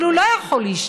אבל הוא לא יכול להשתנות.